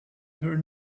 her